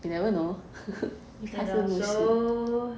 ya lah so